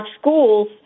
schools